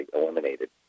eliminated